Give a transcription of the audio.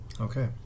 Okay